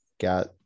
got